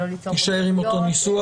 להישאר עם אותו ניסוח?